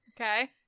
okay